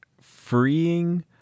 freeing